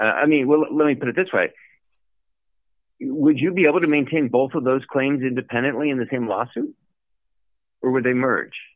i mean well let me put it this way would you be able to maintain both of those claims independently in the same lawsuit or would they